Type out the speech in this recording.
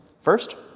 First